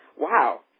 wow